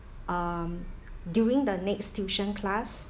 um during the next tuition class